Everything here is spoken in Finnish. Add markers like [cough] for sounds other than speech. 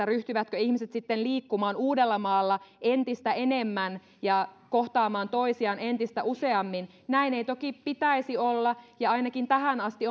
[unintelligible] ryhtyvätkö ihmiset sitten liikkumaan uudellamaalla entistä enemmän ja kohtaamaan toisiaan entistä useammin näin ei toki pitäisi olla ja ainakin tähän asti [unintelligible]